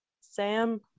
sam